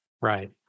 Right